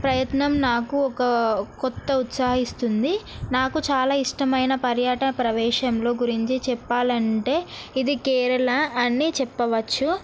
ప్రయత్నం నాకు ఒక కొత్త ఉత్సాహాన్ని ఇస్తుంది నాకు చాలా ఇష్టమైన పర్యటన ప్రదేశంలో గురించి చెప్పాలంటే ఇది కేరళ అని చెప్పవచ్చు